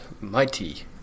Mighty